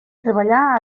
treballar